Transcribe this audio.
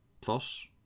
plus